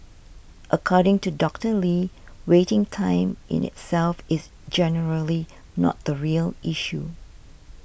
according to Doctor Lee waiting time in itself is generally not the real issue